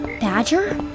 Badger